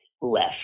left